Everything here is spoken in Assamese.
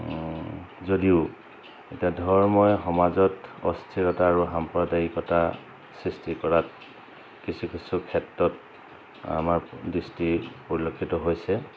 যদিও এতিয়া ধৰ্মই সমাজত অস্থিৰতা আৰু সাম্প্ৰদায়িকতা সৃষ্টি কৰাত কিছু কিছু ক্ষেত্ৰত আমাৰ দৃষ্টি পৰিলক্ষিত হৈছে